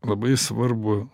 labai svarbu